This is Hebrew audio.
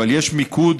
אבל יש מיקוד,